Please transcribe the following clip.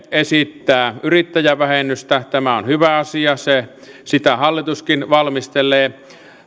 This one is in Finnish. esittää yrittäjävähennystä tämä on hyvä asia sitä hallituskin valmistelee